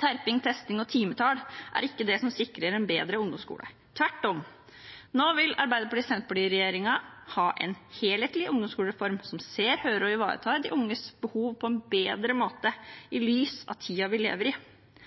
Terping, testing og timetall er ikke det som sikrer en bedre ungdomsskole – tvert om. Nå vil Arbeiderparti–Senterparti-regjeringen ha en helhetlig ungdomsskolereform som ser, hører og ivaretar de unges behov på en bedre måte,